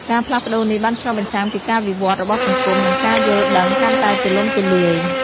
ការផ្លាស់ប្ដូរនេះបានឆ្លុះបញ្ចាំងពីការវិវត្តន៍របស់សង្គម និងការយល់ដឹងកាន់តែទូលំទូលាយ។